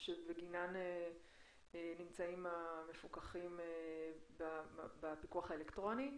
שבגינן נמצאים המפוקחים בפיקוח אלקטרוני.